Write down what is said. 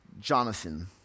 Jonathan